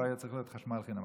פה היה צריך להיות חשמל חינם,